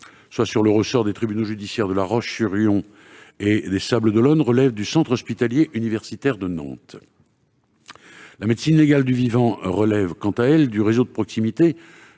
soit sur le ressort des tribunaux judiciaires de La Roche-sur-Yon et des Sables-d'Olonne, relève du centre hospitalier universitaire de Nantes. La médecine légale du vivant relève quant à elle du réseau de proximité,